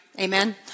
Amen